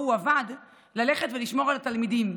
הוא עובד ללכת ולשמור על התלמידים,